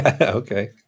Okay